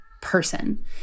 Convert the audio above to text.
person